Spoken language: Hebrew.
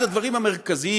אחד הדברים המרכזיים,